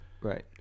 Right